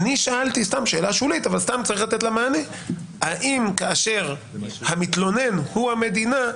שאלתי שאלה שולית אבל צריך לתת לה מענה: האם כאשר המתלונן הוא המדינה,